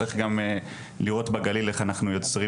צריך גם לראות בגליל איך אנחנו יוצרים